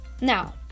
Now